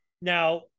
Now